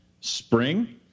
spring